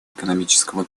экономического